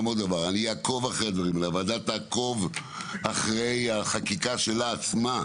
הוועדה תעקוב אחרי החקיקה שלה עצמה,